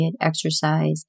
exercise